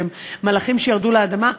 שהם מלאכים שירדו לאדמה,